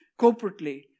corporately